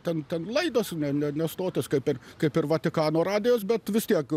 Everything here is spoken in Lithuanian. ten ten laidos ne stotis kaip ir kaip ir vatikano radijas bet vis tiek